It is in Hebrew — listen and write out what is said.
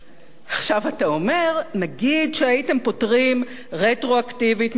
עכשיו אתה אומר: נגיד שהייתם פוטרים רטרואקטיבית מתשלום